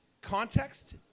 context